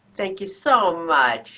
thank you so much.